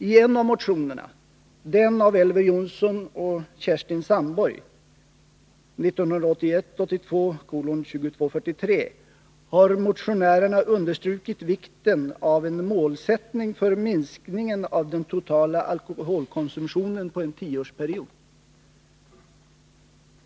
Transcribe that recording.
I en av motionerna, 1981/82:2243 av Elver Jonsson och Kerstin Sandborg, har motionärerna understrukit vikten av en målsättning för minskningen av den totala alkoholkonsumtionen på en tioårsperiod.